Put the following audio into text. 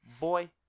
Boy